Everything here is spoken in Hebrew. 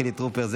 חילי טרופר,